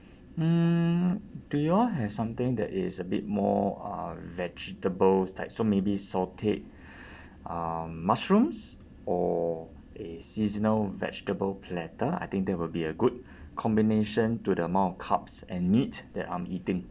mm do y'all have something that is a bit more uh vegetables type so maybe sauteed uh mushrooms or a seasonal vegetable platter I think that will be a good combination to the amount of carbs and meat that I'm eating